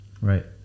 Right